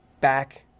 back